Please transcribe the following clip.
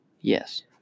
Yes